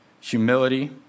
humility